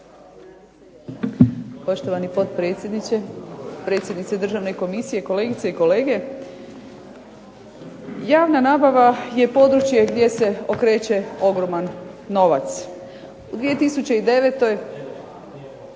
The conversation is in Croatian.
Poštovani potpredsjedniče, predsjednice Državne komisije, kolegice i kolege. Javna nabava je područje gdje se okreće ogroman novac. U 2009.